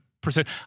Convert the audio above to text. percent